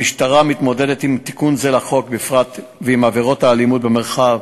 המשטרה מתמודדת עם תיקון זה לחוק בפרט ועם עבירות האלימות במרחב